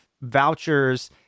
vouchers